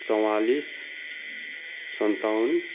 चवालिस सन्ताउन्न